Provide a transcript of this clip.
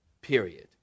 period